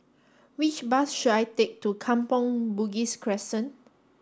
which bus should I take to Kampong Bugis Crescent